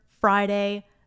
Friday